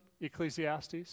Ecclesiastes